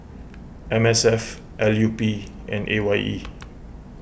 M S F L U P and A Y E